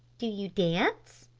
do you dance?